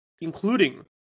including